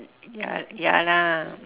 ya ya lah